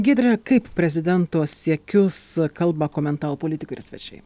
giedre kaip prezidento siekius kalbą komentavo politikai ir svečiai